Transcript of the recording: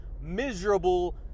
miserable